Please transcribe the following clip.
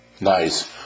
Nice